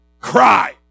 cry